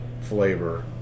flavor